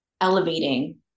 elevating